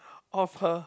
of her